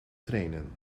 trainen